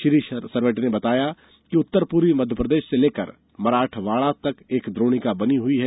श्री सरवटे ने बताया कि उत्तर पूर्वी मध्यप्रदेश से लेकर मराठवाड़ा तक एक द्रोणिका बनी हुई है